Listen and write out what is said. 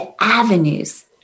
avenues